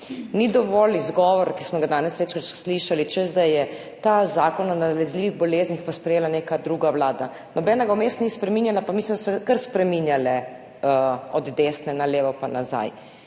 Ni dovolj izgovor, ki smo ga danes večkrat slišali, češ da je ta Zakon o nalezljivih boleznih sprejela neka druga vlada, nobenega ni vmes spreminjala, pa mislim, da so kar spreminjale od desne na levo pa nazaj.